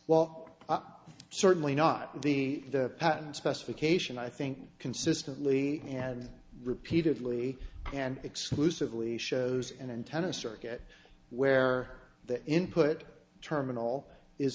well certainly not the patent specification i think consistently and repeatedly and exclusively shows and in tennis circuit where the input terminal is